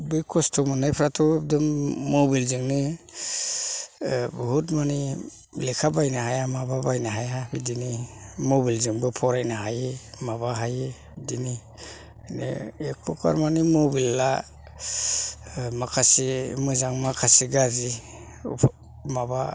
बे खस्थ' मोननायफ्राथ' एकदम मबेल जोंनो बुहुत मानि लेखा बायनो हाया माबा बायनो हाया बिदिनो मबेलजोंबो फरायनो हायो माबा हायो बिदिनो बे एखमबा मानि मबेल आ माखासे मोजां माखासे गाज्रि माबा